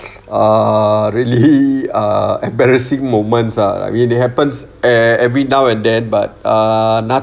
err really err embarrassing moments ah I mean it happens e~ every now and then but uh